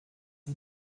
ist